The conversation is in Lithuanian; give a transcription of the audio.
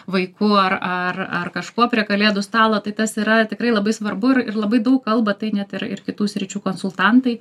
vaiku ar ar ar kažkuo prie kalėdų stalo tai tas yra tikrai labai svarbu ir ir labai daug kalba tai net ir ir kitų sričių konsultantai